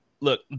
Look